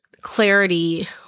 clarity